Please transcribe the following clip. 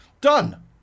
done